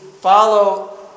follow